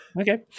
Okay